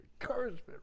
encouragement